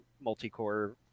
multi-core